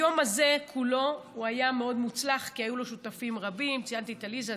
היום הזה כולו היה מאוד מוצלח כי היו לו שותפים רבים: ציינתי את עליזה,